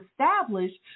established